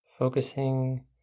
Focusing